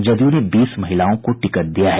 जदयू ने बीस महिलाओं को टिकट दिया है